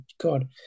God